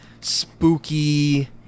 spooky